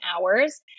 hours